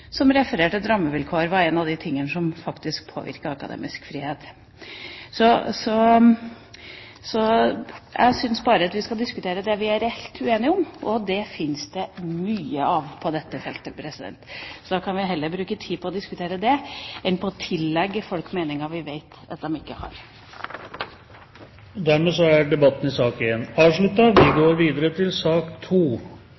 som faktisk påvirker akademisk frihet. Jeg syns bare vi skal diskutere det vi er reelt uenige om, og det fins det mye av på dette feltet. Da kan vi heller bruke tida på å diskutere det enn på å tillegge folk meninger vi vet at de ikke har. Flere har ikke bedt om ordet til sak nr. 1. I denne saken kan vi